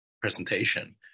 presentation